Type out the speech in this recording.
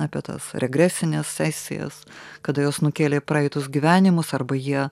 apie tas regresines sesijas kada jos nukėlė į praeitus gyvenimus arba jie